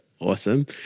awesome